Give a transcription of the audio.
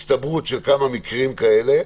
הצטברות של כמה מקרים כאלה,